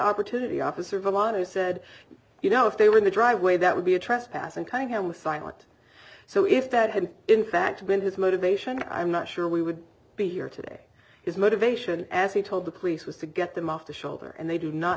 opportunity officer vermonters said you know if they were in the driveway that would be a trespass and kind and was silent so if that had in fact been his motivation i'm not sure we would be here today his motivation as he told the police was to get them off the shoulder and they do not